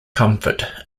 comfort